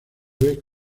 vez